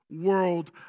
world